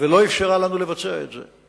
ולא אפשרה לנו לבצע את זה.